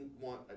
want